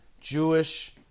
Jewish